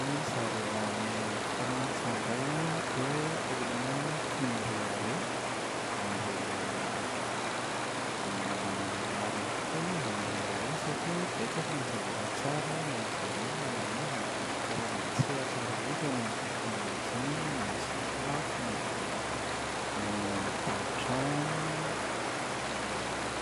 Ry zareo any Frantsa indray an dia olona tia mirehareha ary manana ny rariny tokoa izy mirehareha satria betsaka ny zavatra tsara hain’izareo ny manao azy amin’ny karazana sehatra rehetra na ny teknolojia, na ny sakafo na ny ny tao-trano.